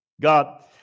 god